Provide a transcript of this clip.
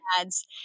ads